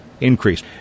increase